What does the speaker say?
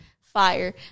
fire